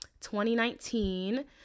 2019